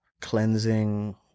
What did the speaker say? cleansing